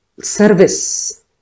Service